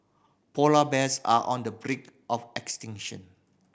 polar bears are on the brink of extinction